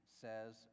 says